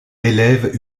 élève